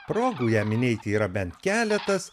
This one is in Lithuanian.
progų ją minėti yra bent keletas